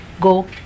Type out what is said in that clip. go